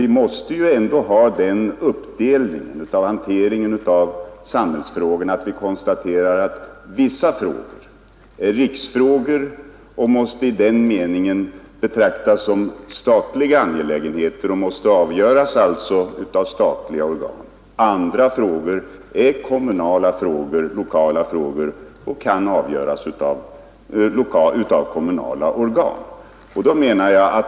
Vi måste ju ändå ha den uppdelningen av hanteringen av frågorna att vi konstaterar att vissa frågor är riksfrågor och därför skall betraktas som statliga angelägenheter samt avgöras av statliga organ. Andra frågor är lokala frågor och kan avgöras av kommunala organ.